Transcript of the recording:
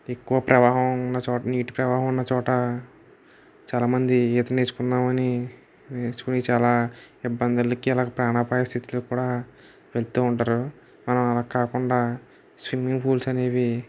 ఎక్కువ ప్రవాహం ఉన్న చోట నీటి ప్రవాహం ఉన్న చోట చాలా మంది ఈత నేర్చుకుందామని నేర్చుకుని చాలా ఇబ్బందులకి అలా ప్రాణాపాయ స్థితులకి కూడా వెళుతు ఉంటారు అలా కాకుండా స్విమ్మింగ్ పూల్స్ అనేవి